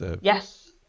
Yes